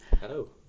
Hello